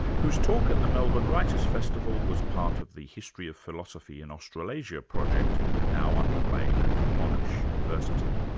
whose talk at the melbourne writers' festival was part of the history of philosophy in australasia project now under way at monash university.